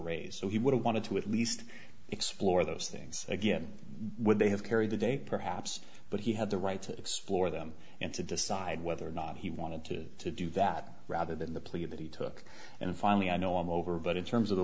raise so he would have wanted to at least explore those things again would they have carried the day perhaps but he had the right to explore them and to decide whether or not he wanted to to do that rather than the plea that he took and finally i know i'm over but in terms of the